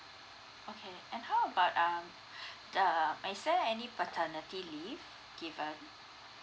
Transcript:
okay and how about um the is there any paternity leave given